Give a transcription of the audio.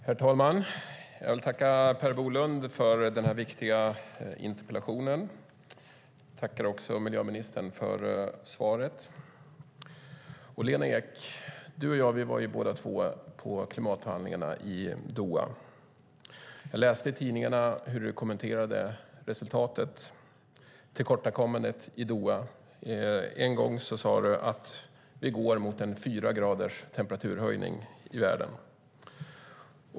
Herr talman! Jag vill tacka Per Bolund för den viktiga interpellationen, och jag tackar miljöministern för svaret. Lena Ek, du och jag var på klimatförhandlingarna i Doha båda två. Jag läste i tidningarna hur du kommenterade resultatet - tillkortakommandet - i Doha. En gång sade du att vi går mot en fyra graders temperaturhöjning i världen.